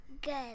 good